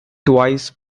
twice